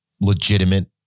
legitimate